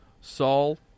Saul